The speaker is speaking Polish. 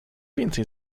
więcej